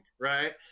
right